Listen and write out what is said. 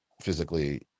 physically